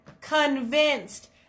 convinced